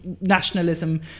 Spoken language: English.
nationalism